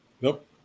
Nope